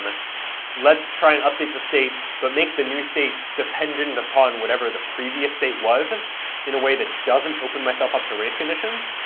let's try and update the state but make the new state dependent upon whatever the previous state was in a way that doesn't open myself up to race conditions,